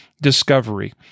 discovery